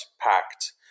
packed